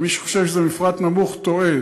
מי שחושב שזה מפרט נמוך, טועה.